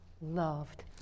loved